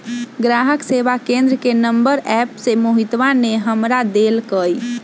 ग्राहक सेवा केंद्र के नंबर एप्प से मोहितवा ने हमरा देल कई